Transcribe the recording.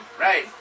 right